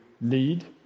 need